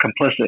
complicit